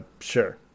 Sure